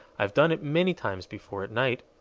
i've done it many times before at night.